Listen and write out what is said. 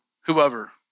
whoever